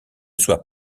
soit